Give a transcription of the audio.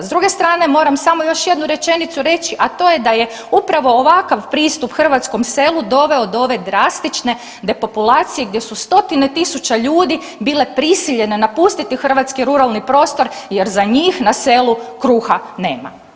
S druge strane moram samo još jednu rečenicu reći, a to je da je upravo ovakav pristup hrvatskom selu doveo do ove drastične depopulacije gdje su stotine tisuća ljudi bile prisiljene napustiti hrvatski ruralni prostor jer za njih na selu kruga nema.